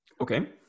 Okay